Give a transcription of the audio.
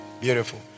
Beautiful